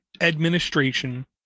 administration